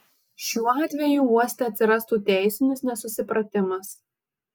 šiuo atveju uoste atsirastų teisinis nesusipratimas